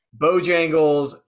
Bojangles